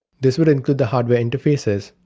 this would include the hardware interfaces,